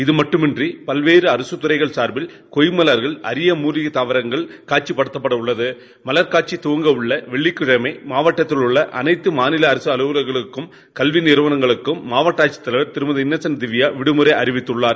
இது மட்டுமின்றி பல்வேறு அரசு துறைகள் சார்பில் கொய் மலர்கள் அரிய மூலிகை தாவரங்கள் காட்சிப்படுத்தப்படவுள்ளது மலர்க் காட்சி தவங்கவுள்ள வெள்ளிக்கிழமை மாவட்டத்திலுள்ள அனைத்து மாநில அரசு அலுவலகங்களுக்கும் கல்வி நிறவனங்களுக்கும் மாவட்ட ஆட்சித்தலையர் திருமதி இன்னசென்ட் திவ்யா உள்ளுர் விடுமுறை அறிவித்துள்ளார்